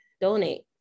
donate